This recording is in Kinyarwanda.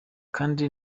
kandi